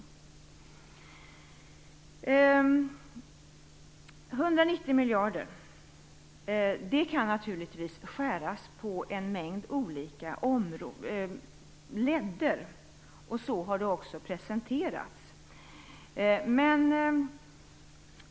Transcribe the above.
190 miljarder kan naturligtvis skäras på en mängd olika ledder, och så har det också presenterats.